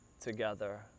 together